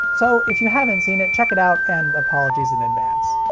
so if you haven't seen it, check it out, and apologies in advance.